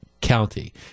County